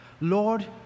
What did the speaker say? Lord